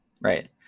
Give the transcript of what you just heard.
right